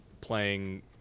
playing